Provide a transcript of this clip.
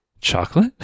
chocolate